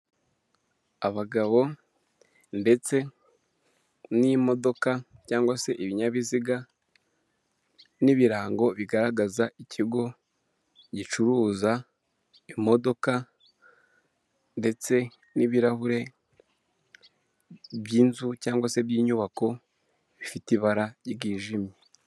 Abagabo ndetse n'imodoka cyangwase ibinyabiziga n'ibirango bigaragaza ikigo gicuruza imodoka ndetse n'ibirahure by'inzu cyangwase by'inyubako bifite ibara ryijimye.